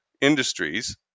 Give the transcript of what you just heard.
industries